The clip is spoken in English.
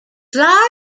largely